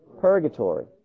Purgatory